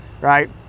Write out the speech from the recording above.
right